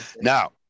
now